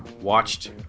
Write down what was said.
watched